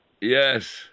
Yes